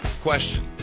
question